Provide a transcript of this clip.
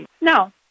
no